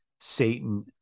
Satan